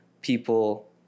people